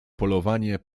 polowanie